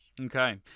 Okay